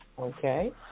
Okay